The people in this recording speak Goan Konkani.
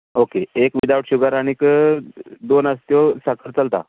ओके एक विथआव्ट शुगर आनीक दोन आसा त्यो साखर चलता